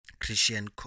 christian